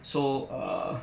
so